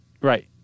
Right